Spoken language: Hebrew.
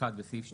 בסעיף 2,